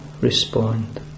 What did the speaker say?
respond